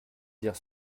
dire